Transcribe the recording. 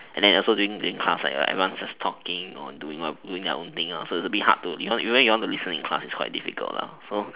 and then also during during class like everyone is just talking or doing their own thing so it's a bit hard to even if you want to listen in class it's quite difficult so